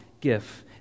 gift